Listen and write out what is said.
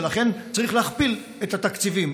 ולכן צריך להכפיל את התקציבים.